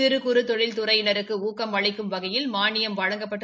சிறு குறு தொழில் துறையினருக்கு ஊக்கம் அளிக்கும் வகையில் மானியம் வழங்கப்பட்டு